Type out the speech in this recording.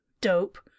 dope